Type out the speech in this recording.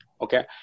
Okay